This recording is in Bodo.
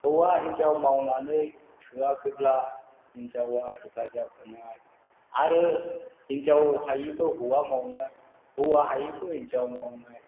हौवा हिनजाव मावनानै थोआखैब्ला हिनजावआ हेफाजाब होनाय आरो हिनजाव हायिखौ हौवा मावनाय हौवा हायिखै हिनजाव मावनाय